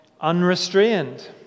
unrestrained